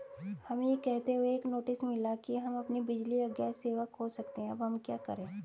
हमें यह कहते हुए एक नोटिस मिला कि हम अपनी बिजली या गैस सेवा खो सकते हैं अब हम क्या करें?